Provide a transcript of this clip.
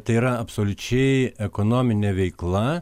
tai yra absoliučiai ekonominė veikla